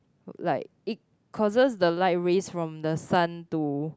like it causes the light rays from the sun to